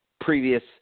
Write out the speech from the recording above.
previous